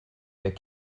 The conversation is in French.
fait